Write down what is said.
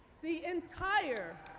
the entire